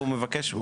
והוא מבקש,